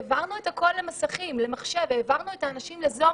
העברנו הכול למסכים, למחשב, לזום,